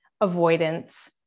avoidance